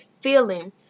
feeling